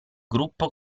gruppo